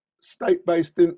state-based